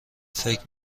فکر